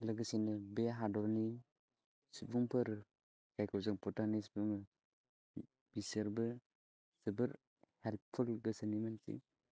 लोगोसेनो बे हादरनि सुबुंफोर जायखौ जों भुटानिस बुङो बिसोरबो जोबोर हेल्पफुल गोसोनि मानसि